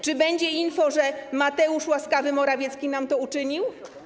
Czy będzie info, że Mateusz łaskawy Morawiecki nam to uczynił?